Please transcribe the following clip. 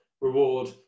reward